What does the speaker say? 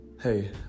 hey